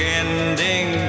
ending